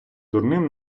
дурним